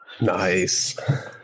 Nice